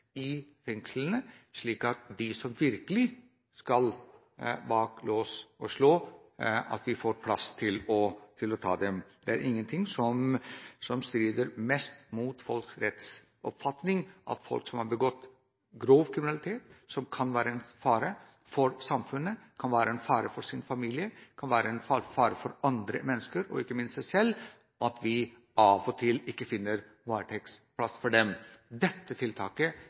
i fengslene, slik at de som virkelig skal bak lås og slå, får plass. Det er ikke noe som strider mer mot folks rettsoppfatning enn at folk som har begått grov kriminalitet, og som kan være en fare for samfunnet, en fare for sin familie, en fare for andre mennesker og ikke minst seg selv, ikke får varetektsplass. Dette tiltaket vil bidra til at vi klarer å få plass til disse menneskene. Da får vi heller gå inn med et billig og trygt alternativ for